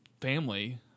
family